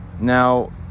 Now